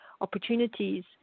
opportunities